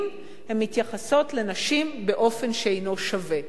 הן מתייחסות לנשים באופן שאינו שווה.